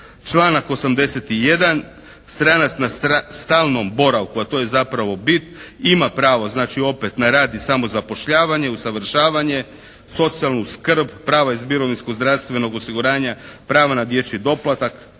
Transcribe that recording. Članak 81. Stranac na stalnom boravku, a to je zapravo bit ima pravo znači opet na rad i samozapošljavanje usavršavanje, socijalnu skrb, prava iz mirovinskog, zdravstvenog osiguranja, pravo na dječji doplatak,